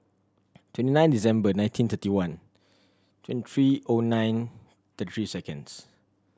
twenty nine December nineteen thirty one twenty three O nine thirty three seconds